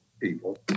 people